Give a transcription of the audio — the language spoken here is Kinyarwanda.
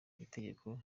itegeko